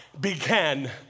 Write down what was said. began